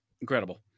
Incredible